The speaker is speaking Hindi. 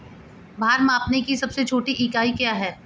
भार मापने की सबसे छोटी इकाई क्या है?